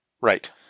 Right